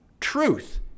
truth